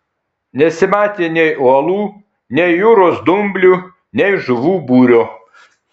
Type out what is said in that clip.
nesimatė nei uolų nei jūros dumblių nei žuvų būrio